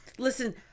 listen